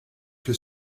que